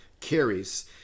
carries